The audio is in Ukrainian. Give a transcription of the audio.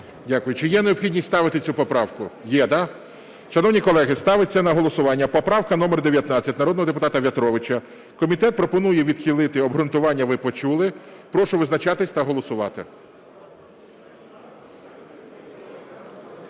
Дякую. Чи є необхідність ставити цю поправку? Є. Шановні колеги, ставиться на голосування поправка номер 19 народного депутата В'ятровича. Комітет пропонує відхилити. І обґрунтування ви почули. Прошу визначатися та голосувати.